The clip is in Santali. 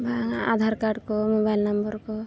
ᱵᱟᱝ ᱟᱫᱷᱟᱨ ᱠᱟᱨᱰ ᱠᱚ ᱢᱚᱵᱟᱭᱤᱞ ᱱᱟᱢᱵᱟᱨ ᱠᱚ